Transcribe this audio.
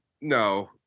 no